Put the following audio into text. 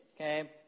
okay